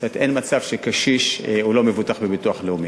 אין מצב שקשיש אינו מבוטח בביטוח לאומי,